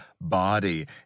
body